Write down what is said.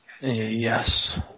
Yes